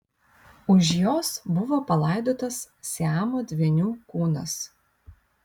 už jos buvo palaidotas siamo dvynių kūnas